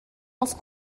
els